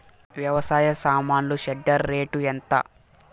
వ్యవసాయ సామాన్లు shredder rate ఎంత?